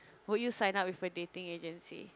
would you sign up with a dating agency